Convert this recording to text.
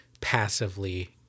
passively